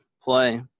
play